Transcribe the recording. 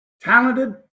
talented